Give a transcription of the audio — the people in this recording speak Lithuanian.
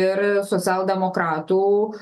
ir socialdemokratų